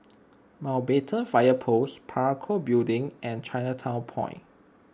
Mountbatten Fire Post Parakou Building and Chinatown Point